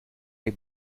les